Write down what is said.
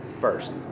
first